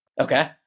Okay